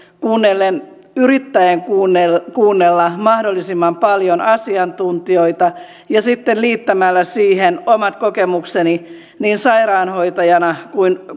kuunnellen yrittäen kuunnella kuunnella mahdollisimman paljon asiantuntijoita ja sitten liittämällä siihen omat kokemukseni niin sairaanhoitajana kuin